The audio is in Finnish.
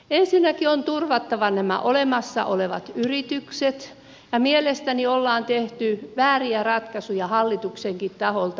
ensinnäkin on turvattava nämä olemassa olevat yritykset ja mielestäni ollaan tehty vääriä ratkaisuja hallituksenkin taholta